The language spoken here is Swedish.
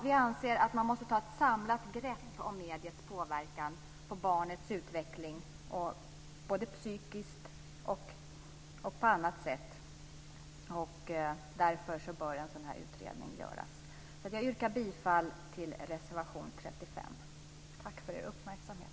Vi anser att man måste ta ett samlat grepp om mediers påverkan på barnets utveckling både psykiskt och på annat sätt. Därför bör en sådan utredning göras. Jag yrkar bifall till reservation 35. Tack för er uppmärksamhet.